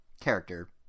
Character